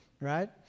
right